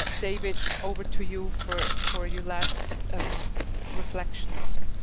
but david, over to you for for your last um reflections,